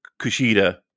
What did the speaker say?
Kushida